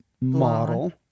model